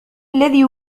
الذي